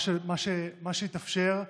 מה שיתאפשר,